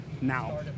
now